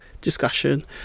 discussion